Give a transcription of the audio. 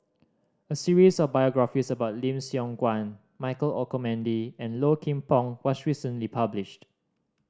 a series of biographies about Lim Siong Guan Michael Olcomendy and Low Kim Pong was recently published